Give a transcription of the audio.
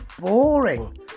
boring